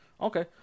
Okay